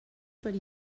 per